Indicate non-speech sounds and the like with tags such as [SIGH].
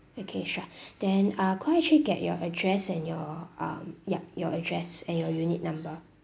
okay sure [BREATH] then uh could I actually get your address and your um ya your address and your unit number